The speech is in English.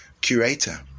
curator